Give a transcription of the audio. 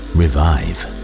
revive